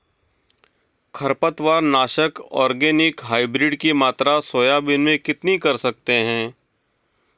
खरपतवार नाशक organic hybrid की मात्रा सोयाबीन में कितनी कर सकते हैं?